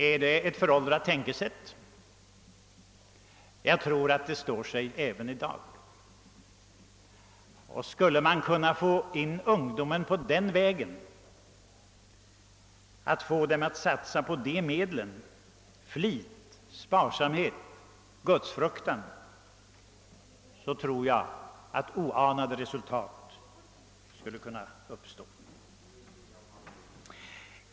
Är det ett föråldrat tänkesätt? Jag tror att det står sig även i dag. Skulle man kunna få in ungdomen på den vägen, att få den att satsa på de medlen — flit, sparsamhet, gudsfruktan — tror jag att oanade resultat skulle kunna uppnås.